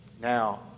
Now